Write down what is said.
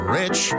rich